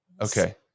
Okay